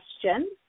question